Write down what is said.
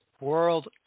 World